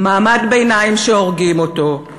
מעמד ביניים שהורגים אותו,